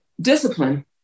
discipline